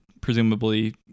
presumably